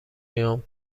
قیام